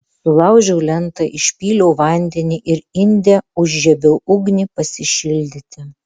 sulaužiau lentą išpyliau vandenį ir inde užžiebiau ugnį pasišildyti